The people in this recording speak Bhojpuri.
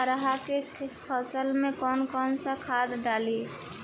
अरहा के फसल में कौन कौनसा खाद डाली?